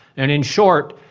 and in short,